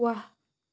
ৱাহ